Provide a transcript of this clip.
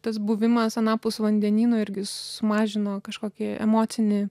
tas buvimas anapus vandenyno irgi sumažino kažkokį emocinį